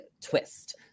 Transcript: twist